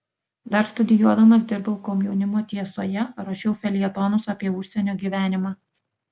dar studijuodamas dirbau komjaunimo tiesoje rašiau feljetonus apie užsienio gyvenimą